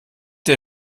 der